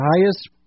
highest